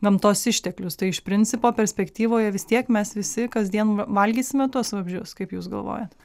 gamtos išteklius tai iš principo perspektyvoje vis tiek mes visi kasdien valgysime tuos vabzdžius kaip jūs galvojat